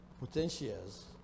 potentials